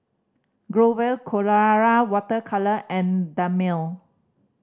Growell Colora Water Colour and Dermale